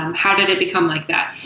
how did it become like that?